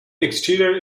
exterior